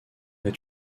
est